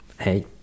Hey